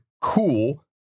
cool